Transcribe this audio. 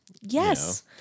Yes